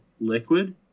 liquid